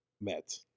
met